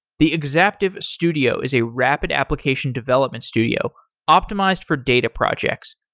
the exaptive studio is a rapid application development studio optimized for data projects.